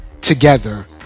together